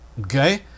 Okay